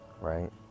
right